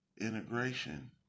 integration